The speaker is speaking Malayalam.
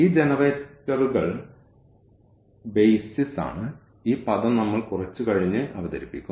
ഈ ജനറേറ്ററുകൾ ബേസിസ് ആണ് ഈ പദം നമ്മൾ കുറച്ച് കഴിഞ്ഞ് അവതരിപ്പിക്കും